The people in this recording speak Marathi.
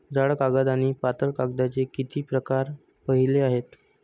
जाड कागद आणि पातळ कागदाचे किती प्रकार पाहिले आहेत?